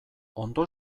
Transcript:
ondo